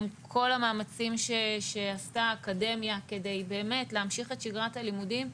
עם כל המאמצים שעשתה האקדמיה כדי באמת להמשיך את שגרת הלימודים.